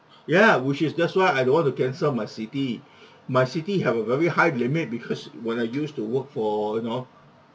ya which is that's why I don't want to cancel my citi my citi have a very high limit because when I used to work for you know